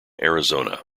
arizona